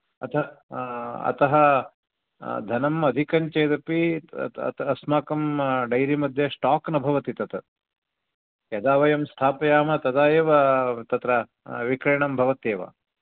अतः धनम् अधिकं चेदपि अस्माकं डैरी मध्ये स्टाक् न भवति तत् यदा वयं स्थापयामः तदा एव तत्र विक्रयणं भवत्येव